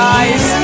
eyes